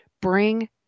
bring